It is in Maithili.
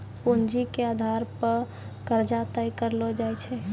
पूंजी के आधार पे कर्जा तय करलो जाय छै